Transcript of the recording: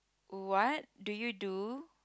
what do you do